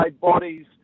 bodies